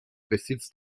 besitzt